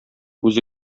үзе